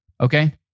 Okay